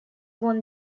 won